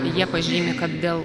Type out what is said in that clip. jie pažymi kad dėl